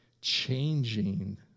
changing